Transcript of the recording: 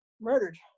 murdered